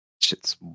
Shit's